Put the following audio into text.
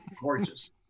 gorgeous